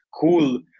cool